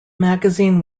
magazine